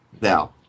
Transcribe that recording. now